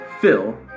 Phil